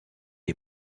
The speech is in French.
est